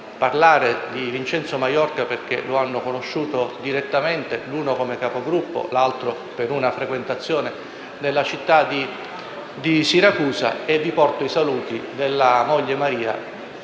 parlare di Vincenzo Maiorca, perché lo hanno conosciuto direttamente (uno come Capogruppo e l'altro per una frequentazione nella città di Siracusa) e vi porto i saluti della moglie Maria,